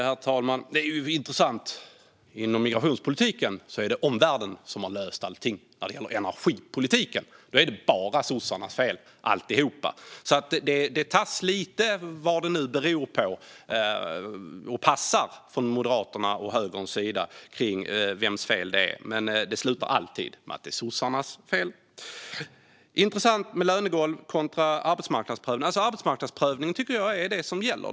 Herr talman! Det är ju intressant att det inom migrationspolitiken skulle vara omvärlden som har löst allting medan det inom energipolitiken däremot bara är sossarnas fel alltihop. Från Moderaternas och högerns sida verkar det vara lite beroende på vad som passar när det handlar om vems fel det är, men det slutar alltid med att det är sossarnas fel. Det är en intressant frågeställning med lönegolv kontra arbetsmarknadsprövning. Arbetsmarknadsprövning tycker jag är det som gäller.